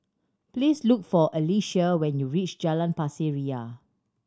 please look for Alecia when you reach Jalan Pasir Ria